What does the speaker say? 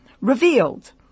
revealed